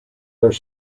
are